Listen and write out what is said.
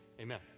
Amen